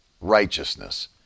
righteousness